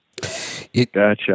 Gotcha